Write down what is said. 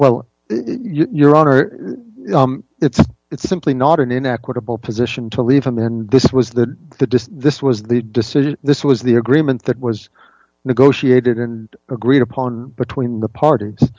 well your honor it's it's simply not an inequitable position to leave him in this was that the this was the decision this was the agreement that was negotiated and agreed upon between the parties